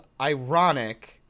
ironic